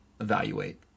evaluate